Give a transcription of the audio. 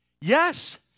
Yes